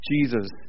Jesus